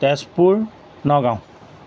Tezpur Nagaon